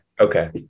Okay